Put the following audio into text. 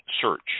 search